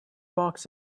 box